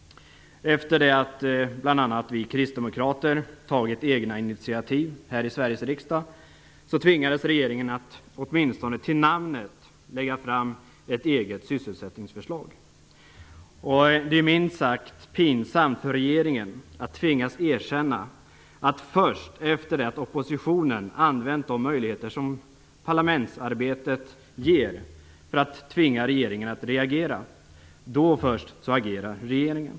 Efter det att bl.a. vi kristdemokrater tagit egna initiativ här i Sveriges riksdag tvingades regeringen att åtminstone till namnet lägga fram ett eget sysselsättningsförslag. Det är minst sagt pinsamt för regeringen att tvingas erkänna att först efter det att oppositionen använt de möjligheter som parlamentsarbetet ger till att tvinga regeringen att reagera, först då agerar regeringen.